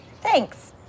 Thanks